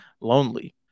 lonely